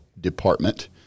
department